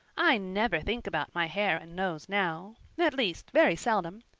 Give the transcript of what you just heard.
i never think about my hair and nose now at least, very seldom.